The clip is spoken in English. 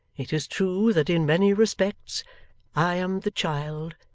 it is true that in many respects i am the child,